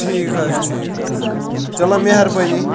ٹھیٖک حظ چھُ ٹھیٖک حظ چلو مہربٲنی